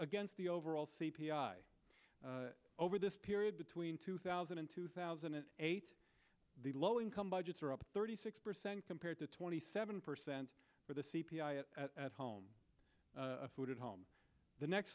against the overall c p i over this period between two thousand and two thousand and eight the low income budgets are up thirty six percent compared to twenty seven percent for the c p i at home food at home the next